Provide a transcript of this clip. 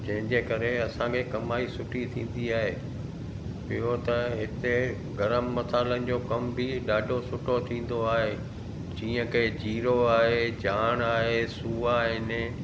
जंहिंजे करे असांखे कमाई सुठी थींदी आहे ॿियो त हिते गरम मसाल्हनि जो कमु बि ॾाढो सुठो थींदो आहे जीअं की जीरो आहे जाणु आहे सूआ आहिनि